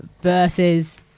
versus